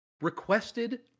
requested